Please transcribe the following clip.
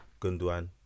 Gunduan